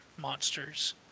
monsters